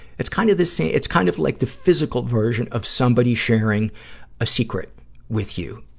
it's kind of the same, it's kind of like the physical version of somebody sharing a secret with you,